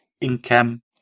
income